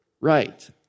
right